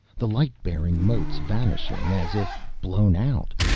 the light-bearing motes vanishing as if blown out.